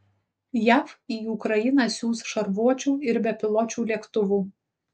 jav į ukrainą siųs šarvuočių ir bepiločių lėktuvų